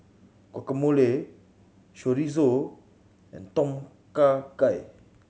Guacamole Chorizo and Tom Kha Gai